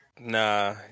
Nah